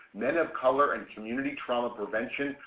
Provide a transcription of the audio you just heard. men of color and community trauma prevention,